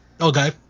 Okay